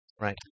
Right